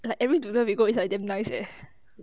like every noodles we go is damn nice eh